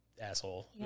asshole